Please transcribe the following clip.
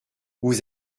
vous